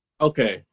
Okay